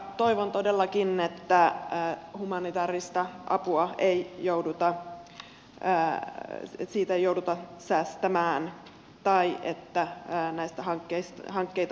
toivon todellakin että humanitäärisestä avusta ei jouduta säästämään tai että näitä hankkeita ei jouduta keskeyttämään